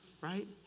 Right